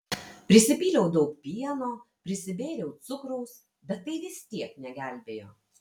prisipyliau daug pieno prisibėriau cukraus bet tai vis tiek negelbėjo